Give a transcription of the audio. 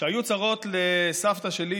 כשהיו צרות לסבתא שלי